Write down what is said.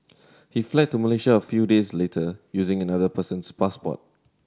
he fled to Malaysia a few days later using another person's passport